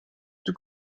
tout